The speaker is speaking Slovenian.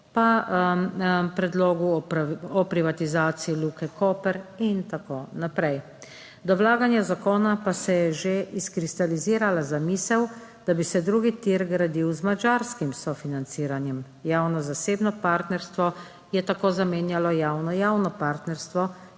do predloga o privatizaciji Luke Koper in tako naprej. Do vlaganja zakona pa se je že izkristalizirala zamisel, da bi se drugi tir gradil z madžarskim sofinanciranjem. Javno-zasebno partnerstvo je tako zamenjalo javno-javno partnerstvo,